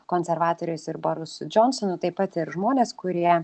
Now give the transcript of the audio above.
konservatoriais ir borisu džonsonu taip pat ir žmonės kurie